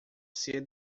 ser